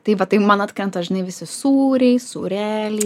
tai vat tai man atkrenta žinai visi sūriai sūreliai